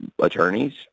attorneys